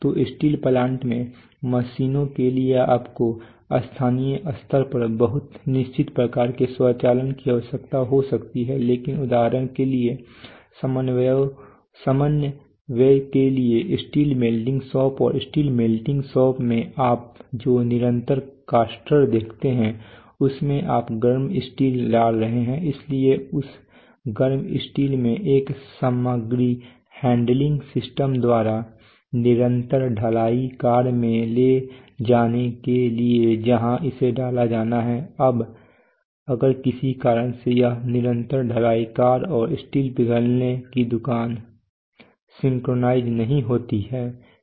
तो steel plant में मशीनों के लिए आपको स्थानीय स्तर पर बहुत निश्चित प्रकार के स्वचालन की आवश्यकता हो सकती है लेकिन उदाहरण के लिए समन्वय के लिए स्टील मेल्टिंग शॉप और स्टील मेल्टिंग शॉप में आप जो निरंतर कास्टर देखते हैं उसमें आप गर्म स्टील डाल रहे हैं इसलिए इस गर्म स्टील में एक सामग्री हैंडलिंग सिस्टम द्वारा निरंतर ढलाईकार में ले जाने के लिए जहां इसे डाला जाना है अब अगर किसी कारण से यह निरंतर ढलाईकार और स्टील पिघलने की दुकान सिंक्रनाइज़ नहीं होती है